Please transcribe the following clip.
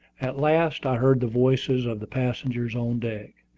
at last i heard the voices of the passengers on deck.